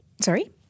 sorry